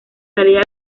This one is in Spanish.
salida